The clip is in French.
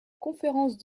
conférence